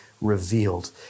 revealed